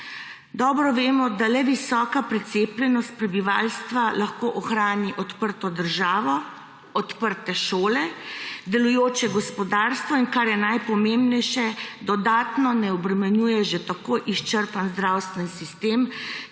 Dobro vemo, da le visoka precepljenost prebivalstva lahko ohrani odprto državo, odprte šole, delujoče gospodarstvo in, kar je najpomembnejše, dodatno ne obremenjuje že tako izčrpan zdravstveni sistem,